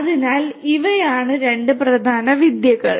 അതിനാൽ ഇവയാണ് രണ്ട് പ്രധാന വിദ്യകൾ